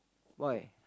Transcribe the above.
why